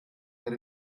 that